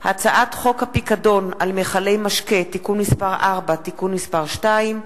הצעת חוק הפיקדון על מכלי משקה (תיקון מס' 4) (תיקון מס' 2),